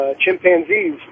chimpanzees